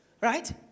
right